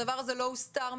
הדבר הזה לא הוסתר מהציבור,